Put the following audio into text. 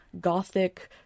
gothic